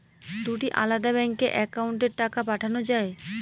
দুটি আলাদা ব্যাংকে অ্যাকাউন্টের টাকা পাঠানো য়ায়?